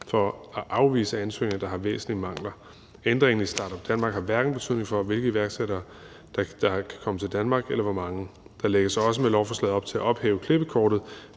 for at afvise ansøgninger, der har væsentlige mangler. Ændringen i Start-up Denmark har hverken en betydning for, hvilke iværksættere der kan komme til Danmark, eller hvor mange. Der lægges med lovforslaget også op til at ophæve klippekortet